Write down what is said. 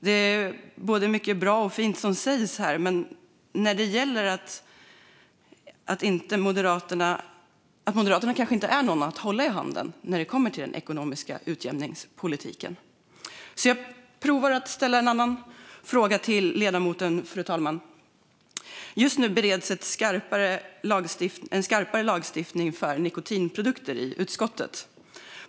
Det sägs mycket bra och fint här, men Moderaterna kanske inte är någon att hålla i handen när det handlar om den ekonomiska utjämningspolitiken. Jag provar att ställa en annan fråga till ledamoten, fru talman. Just nu bereds en skarpare lagstiftning för nikotinprodukter i utskottet.